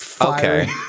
Okay